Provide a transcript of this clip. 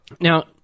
Now